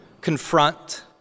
confront